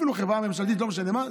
אפילו חברה ממשלתית, לא משנה מה.